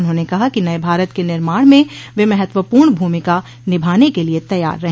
उन्होंने कहा कि नये भारत के निर्माण में वे महत्वपूर्ण भूमिका निभाने के लिये तैयार रहे